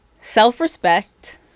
self-respect